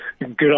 Good